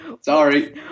Sorry